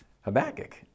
Habakkuk